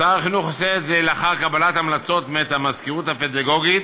שר החינוך עושה את זה לאחר קבלת המלצות מאת המזכירות הפדגוגית,